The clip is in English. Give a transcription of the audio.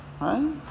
Right